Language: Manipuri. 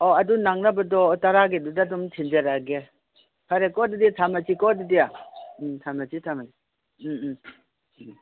ꯑꯗꯣ ꯅꯪꯅꯕꯗꯣ ꯇꯔꯥꯒꯤꯗꯨꯗ ꯑꯨꯗꯝ ꯊꯤꯟꯖꯔꯛꯑꯒꯦ ꯐꯔꯦꯀꯣ ꯑꯗꯨꯗꯤ ꯊꯝꯃꯁꯤꯀꯣ ꯑꯗꯨꯗꯤ ꯎꯝ ꯊꯝꯃꯁꯤ ꯊꯝꯃꯁꯤ ꯎꯝ ꯎꯝ